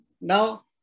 Now